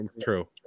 true